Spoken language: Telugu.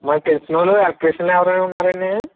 మనకి తెలిసిన వాళ్ళు ఎలక్ట్రీషియన్ ఎవరైనా ఉన్నారా అండి